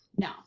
No